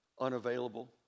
unavailable